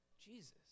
Jesus